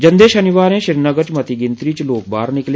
जंदे शनिवारें श्रीनगर च मती गिनतरी च लोक बाह्र निकले